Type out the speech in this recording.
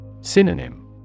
Synonym